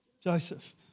Joseph